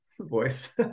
voice